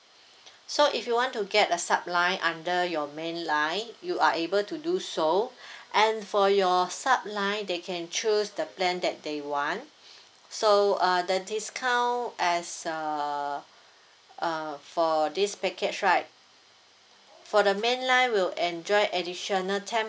so if you want to get a sub line under your main line you are able to do so and for your sub line they can choose the plan that they want so uh the discount as a uh for this package right for the main line will enjoy additional ten